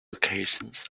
occasions